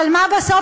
אבל מה בסוף,